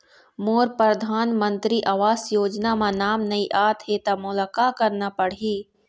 मोर परधानमंतरी आवास योजना म नाम नई आत हे त मोला का करना पड़ही?